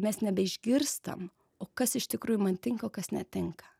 mes nebeišgirstam o kas iš tikrųjų man tinka o kas netinka